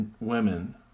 women